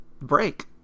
break